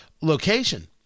location